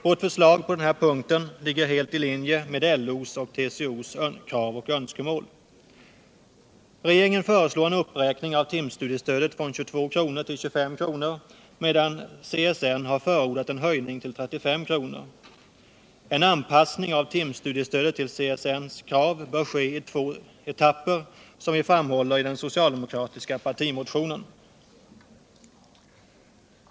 Vårt förslag på den här punkten ligger helt i linje med LO:s och TCO:s krav och önskemål. Regeringen föreslår en uppräkning av timstudiestödet från 22 kr. till 25 kr., medan CSN har förordat en höjning till 35 kr. En anpassning av timstudiestödet till CSN:s krav bör ske i två etapper, som vi framhåller i den socialdemokratiska partimotionen.